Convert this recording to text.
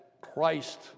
Christ